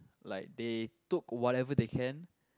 like they took whatever they can